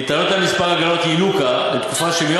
ניתנות להם כמה הגנות ינוקא לתקופה שמיום